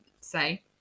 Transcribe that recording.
say